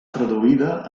traduïda